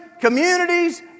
communities